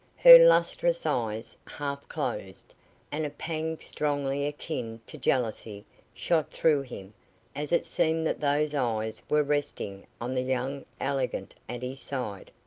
her lustrous eyes half closed and a pang strongly akin to jealousy shot through him as it seemed that those eyes were resting on the young elegant at his side.